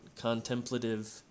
contemplative